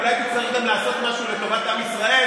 ואז היא אולי תצטרך גם לעשות משהו לטובת עם ישראל